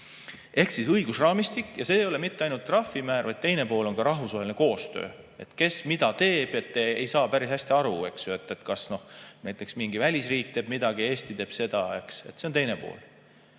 Ehk siis õigusraamistik. Ja see ei ole mitte ainult trahvimäär, vaid teine pool on rahvusvaheline koostöö: kes mida teeb. Ei saa päris hästi aru, kas näiteks mingi välisriik teeb midagi või Eesti teeb. See on teine pool.